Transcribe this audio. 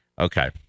okay